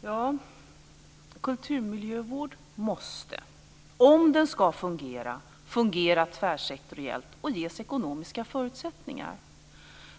Fru talman! Kulturmiljövård måste, om den ska fungera, fungera tvärsektoriellt och ges ekonomiska förutsättningar.